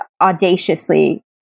audaciously